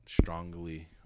strongly